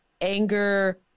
anger